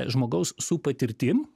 žmogaus su patirtim